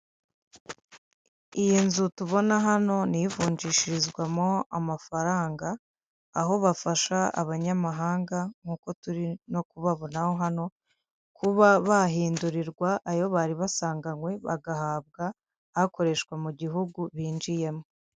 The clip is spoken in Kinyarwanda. Iyi nzu tubona hano ni iyivunjishirizwamo amafaranga aho bafasha abanyamahanga nk'uko turi no kubabonaho hano kuba bahindurirwa ayo bari basanganywe bagahabwa akoreshwa mu gihugu binjiyemo.